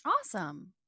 awesome